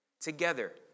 together